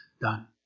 done